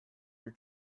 your